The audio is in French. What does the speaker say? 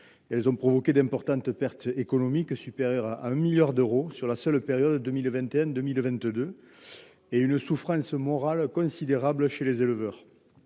2021, provoquant d’importantes pertes économiques, supérieures à 1 milliard d’euros pour la période 2021 2022, et une souffrance morale considérable pour les éleveurs.